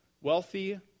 Wealthy